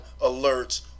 alerts